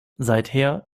seither